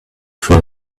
for